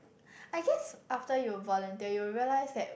I guess after you volunteer you will realise that